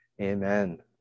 Amen